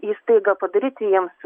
įstaigą padaryti jiems